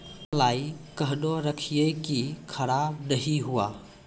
कलाई केहनो रखिए की खराब नहीं हुआ?